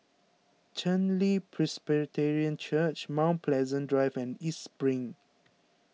Chen Li Presbyterian Church Mount Pleasant Drive and East Spring